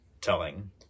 telling